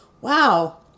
Wow